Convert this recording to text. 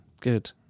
Good